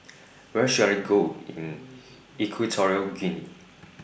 Where should I Go in Equatorial Guinea